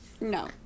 No